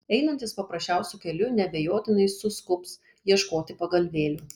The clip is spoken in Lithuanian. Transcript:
einantys paprasčiausiu keliu neabejotinai suskubs ieškoti pagalvėlių